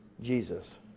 Jesus